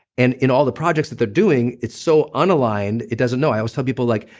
and in all the projects that they're doing, it's so unaligned, it doesn't know. i always tell people like,